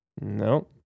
No